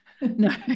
No